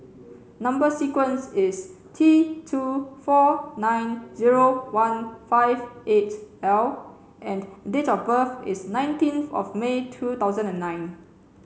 number sequence is T two four nine zero one five eight L and date of birth is nineteenth of May two thousand and nine